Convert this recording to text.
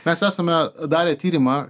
mes esame darę tyrimą